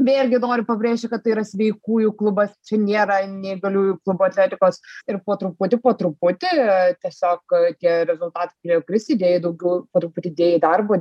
beje irgi noriu pabrėžti kad tai yra sveikųjų klubas čia nėra neįgaliųjų klubo atletikos ir po truputį po truputį tiesiog tie rezultat prisidėjai daugiau ar pridėjai darbo